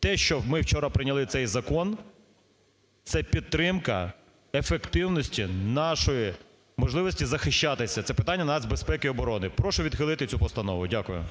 те, що ми вчора прийняли цей закон, це підтримка ефективності нашої можливості захищатися, це питання нацбезпеки оборони. Прошу відхилити цю постанову. Дякую.